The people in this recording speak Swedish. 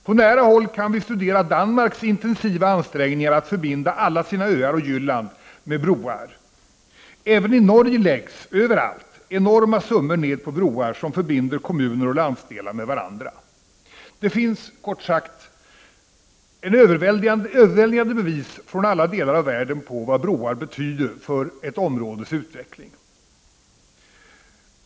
På nära håll kan vi studera Danmarks intensiva ansträngningar att förbinda alla sina öar och Jylland med broar. Även i Norge läggs — överallt — enorma summor ned på broar som förbinder kommuner och landsdelar med varandra. Det finns, kort sagt, överväldigande bevis från andra delar av världen på vad broar betyder för ett områdes utveckling.